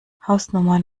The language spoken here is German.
hausnummern